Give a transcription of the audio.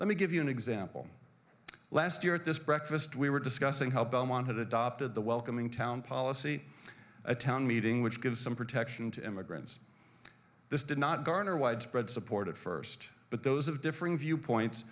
let me give you an example last year at this breakfast we were discussing how belmont had adopted the welcoming town policy a town meeting which give some protection to immigrants this did not garner widespread support at first but those of differing viewpoints